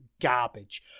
garbage